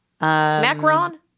Macron